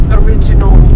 original